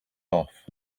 off